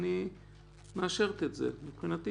אני לא מציע להחמיר את הוויכוח שמדבר עליו יואב.